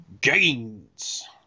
Gains